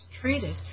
treated